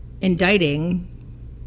indicting